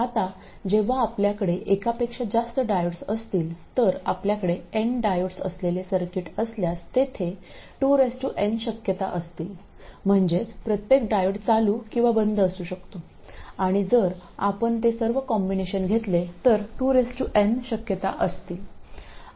आता जेव्हा आपल्याकडे एकापेक्षा जास्त डायोड्स असतील तर आपल्याकडे n डायोड्स असलेले सर्किट असल्यास तेथे 2n शक्यता असतील म्हणजेच प्रत्येक डायोड चालू किंवा बंद असू शकतो आणि जर आपण ते सर्व कॉम्बिनेशन घेतले तर 2n शक्यता असतील